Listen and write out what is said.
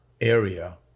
area